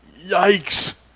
yikes